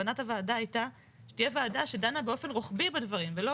כוונת הוועדה הייתה שתהיה ועדה שדנה באופן רוחבי בדברים ולא